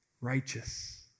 righteous